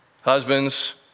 Husbands